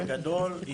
קבוצת ההפעלה בגדול,